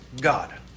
God